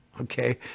Okay